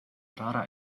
rara